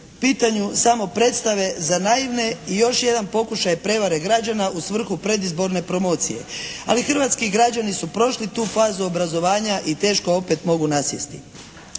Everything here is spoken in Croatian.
pitanju samo predstave za naivne i još jedan pokušaj prevare građana u svrhu predizborne promocije. Ali hrvatski građani su prošli tu fazu obrazovanja i teško opet mogu nasjesti.